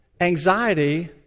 anxiety